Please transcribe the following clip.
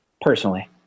personally